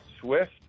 Swift